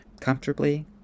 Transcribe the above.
comfortably